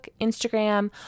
Instagram